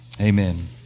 Amen